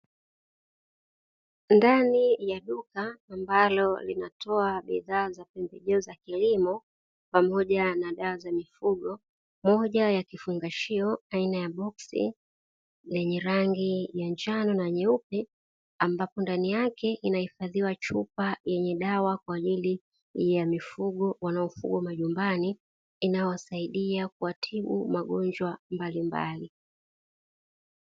Ndani ya duka ambalo linatoa bidhaa za pembejeo za kilimo pamoja na dawa za mifugo. Moja ya kifungashio aina ya boksi lenye rangi ya njano na nyeupe, ambayo ndani yake inahifadhiwa chupa yenye dawa kwa ajili ya mifugo wanaofugwa majumbani; inayowasaidia kuwatibu magonjwa mbalimbali.